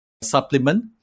supplement